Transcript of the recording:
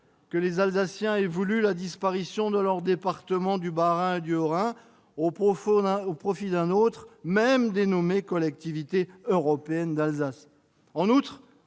que les Alsaciens aient voulu la disparition de leurs départements du Bas-Rhin et du Haut-Rhin au profit d'un autre, fût-il dénommé Collectivité européenne d'Alsace. En outre,